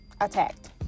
attacked